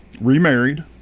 remarried